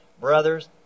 Brothers